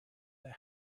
his